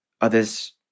Others